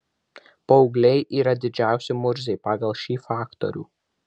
paaugliai yra didžiausi murziai pagal šį faktorių